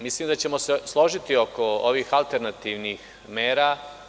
Mislim da ćemo se složiti oko ovih alternativnih mera.